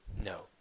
No